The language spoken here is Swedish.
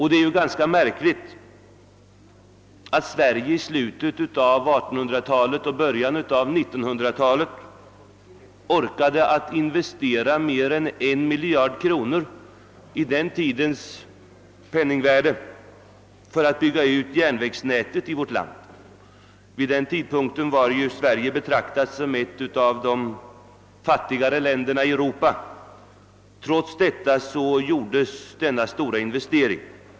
I slutet av 1800-talet och början av 1900-talet orkade Sverige investera mer än 1 miljard kronor — i den tidens penningvärde — för att bygga ut järnvägsnätet. Vid denna tidpunkt ansågs Sverige vara ett av de fattigare länderna i Europa, men trots detta gjordes denna stora investering.